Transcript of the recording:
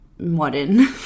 modern